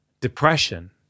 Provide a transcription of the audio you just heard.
depression